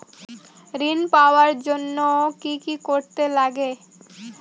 ঋণ পাওয়ার জন্য কি কি করতে লাগে?